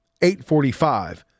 8.45